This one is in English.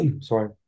Sorry